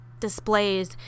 displays